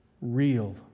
real